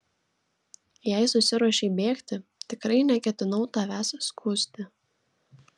jei susiruošei bėgti tikrai neketinau tavęs skųsti